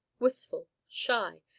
wistful, shy,